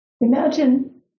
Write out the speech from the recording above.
imagine